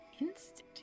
Institute